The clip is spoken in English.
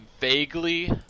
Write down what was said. vaguely